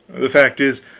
the fact is,